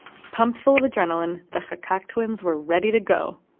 pumped full of adrenaline, the chakak twins were ready to go.